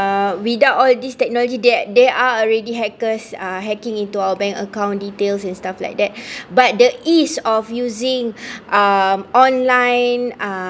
uh without all this technology there there are already hackers uh hacking into our bank account details and stuff like that but the ease of using um online uh